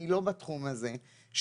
אני לא בתחום הזה,